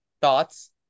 Thoughts